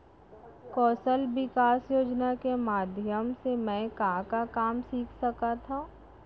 कौशल विकास योजना के माधयम से मैं का का काम सीख सकत हव?